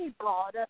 God